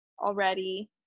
already